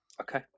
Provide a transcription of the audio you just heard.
Okay